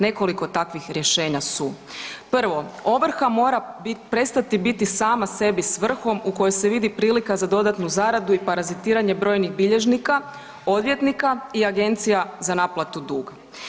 Nekoliko takvih rješenja su, prvo ovrha mora bit, prestati biti sama sebi svrhom u kojoj se vidi prilika za dodatnu zaradu i parazitiranje brojnih bilježnika, odvjetnika i Agencija za naplatu duga.